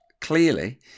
clearly